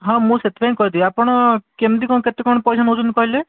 ହଁ ମୁଁ ସେଥିପାଇଁ କହିଲି ଆପଣ କେମିତି କ'ଣ କେତେ କ'ଣ ପଇସା ନେଉଛନ୍ତି କହିଲେ